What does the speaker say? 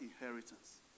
inheritance